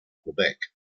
quebec